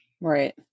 right